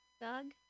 Doug